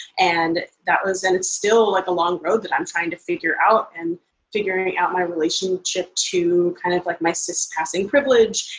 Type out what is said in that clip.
and that was and is still like a long road that i'm trying to figure out, and figuring out my relationship to kind of like my cis passing privilege,